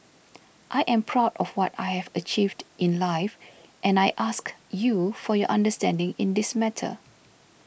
I am proud of what I have achieved in life and I ask you for your understanding in this matter